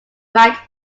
right